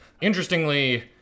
interestingly